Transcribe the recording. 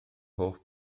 hoff